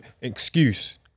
excuse